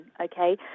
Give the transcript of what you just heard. okay